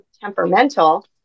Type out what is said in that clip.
temperamental